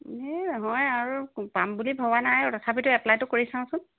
সেই নহয় আৰু পাম বুলি ভবা নাই আৰু তথাপি এপ্পলাইটো কৰি চাওঁচোন